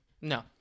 No